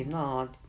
ya